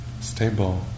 stable